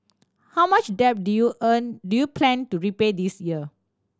how much debt do you earn do you plan to repay this year